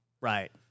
Right